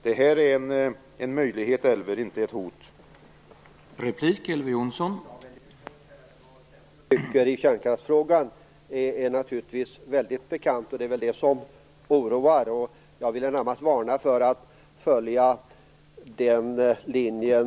Det här är alltså en möjlighet, inte ett hot, Elver Jonsson!